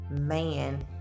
man